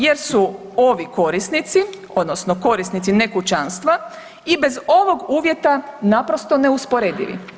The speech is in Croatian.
Jer su ovi korisnici, odnosno korisnici nekućastva i bez ovog uvjeta naprosto neusporedivi.